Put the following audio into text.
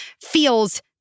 feels